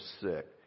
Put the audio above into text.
sick